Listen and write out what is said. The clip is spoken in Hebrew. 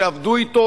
שעבדו אתו,